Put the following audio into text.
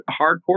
hardcore